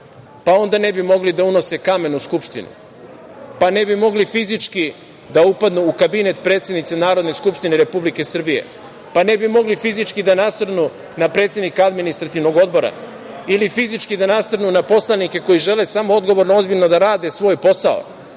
pa onda ne bi mogli da unose kamen u Skupštinu, pa ne bi mogli fizički da upadnu u kabinet predsednice Narodne skupštine Republike Srbije, pa ne bi mogli fizički da nasrnu na predsednika Administrativnog odbora ili fizički da nasrnu na poslanike koji žele samo odgovorno, ozbiljno da rade svoj posao